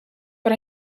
but